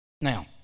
Now